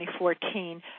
2014